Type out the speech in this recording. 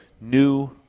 new